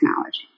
technology